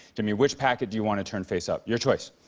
jimmy, which packet do you want to turn faceup? your choice.